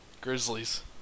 Grizzlies